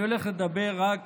אני הולך לדבר רק